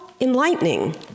enlightening